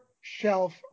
shelf